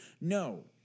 No